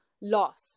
loss